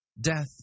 Death